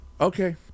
Okay